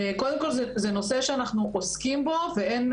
אז קודם כל זה נושא שאנחנו עוסקים בו ואין,